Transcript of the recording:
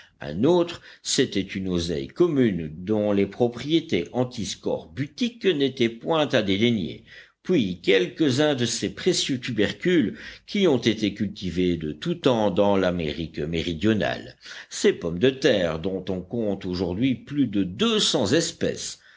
un autre c'était une oseille commune dont les propriétés anti scorbutiques n'étaient point à dédaigner puis quelques-uns de ces précieux tubercules qui ont été cultivés de tout temps dans l'amérique méridionale ces pommes de terre dont on compte aujourd'hui plus de deux cents espèces